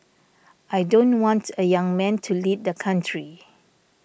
I don't want a young man to lead the country